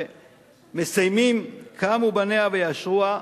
ומסיימים: "קמו בניה ויאשרוה,